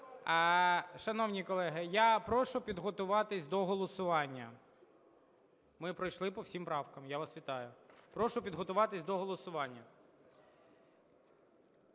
Дякую.